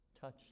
touch